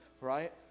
right